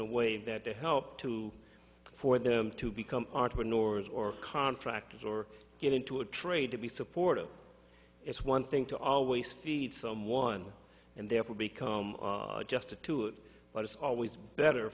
a way that they help to for them to become north or contractors or get into a trade to be supportive it's one thing to always feed someone and therefore become just a to it but it's always better